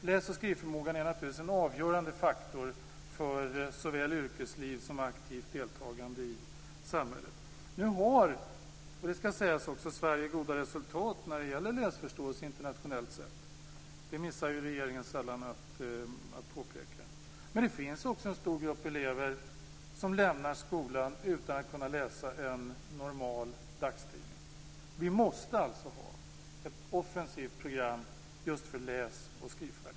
Läs och skrivförmågan är naturligtvis en avgörande faktor för såväl yrkesliv som aktivt deltagande i samhället. Nu har Sverige goda resultat när det gäller läsförståelse internationellt sett - det missar ju regeringen sällan att påpeka. Men det finns också en stor grupp elever som lämnar skolan utan att kunna läsa en dagstidning. Vi måste alltså ha ett offensivt program för läs och skrivfärdigheter.